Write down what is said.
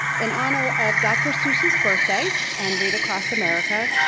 in honor of dr. seuss's birthday, and read across america,